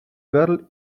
girl